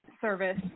service